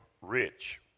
rich